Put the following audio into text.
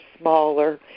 smaller